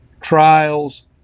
trials